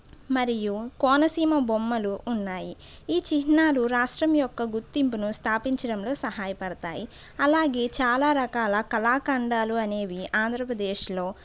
మరియు కోనసీమ బొమ్మలు ఉన్నాయి ఈ చిహ్నాలు రాష్ట్రం యొక్క గుర్తింపును స్థాపించడంలో సహాయపడతాయి అలాగే చాలా రకాల కళాఖండాలు అనేవి ఆంధ్రప్రదేశ్లో